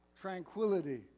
tranquility